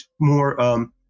more, –